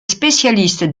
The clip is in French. spécialiste